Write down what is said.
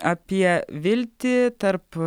apie viltį tarp